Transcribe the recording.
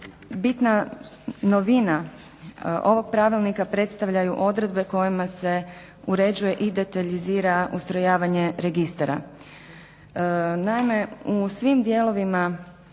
Bitna novina ovog pravilnika predstavljaju odredbe kojima se uređuje i detaljizira ustrojavanje registara.